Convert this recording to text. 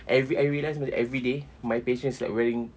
every I realize everyday my patience is like wearing